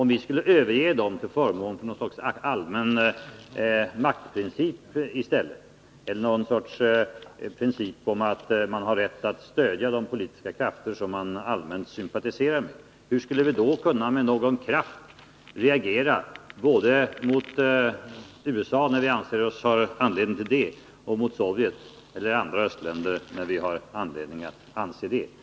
Om vi skulle överge dessa till förmån för någon sorts allmän maktprincip eller någon princip som går ut på att man har rätt att stödja de politiska krafter som man allmänt sympatiserar med, hur skulle vi då med någon kraft kunna reagera mot USA eller mot Sovjet eller andra östländer när vi anser oss ha anledning till det?